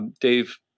Dave